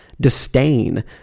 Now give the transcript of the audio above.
disdain